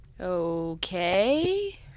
Okay